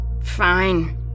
Fine